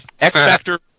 X-Factor